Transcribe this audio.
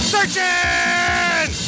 Searching